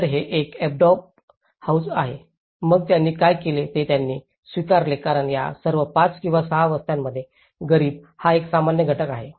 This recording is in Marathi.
तर हे एक अडोब हाऊस आहे मग त्यांनी काय केले ते त्यांनी स्वीकारले कारण या सर्व 5 किंवा 6 वस्त्यांमध्ये गरिबी हा एक सामान्य घटक आहे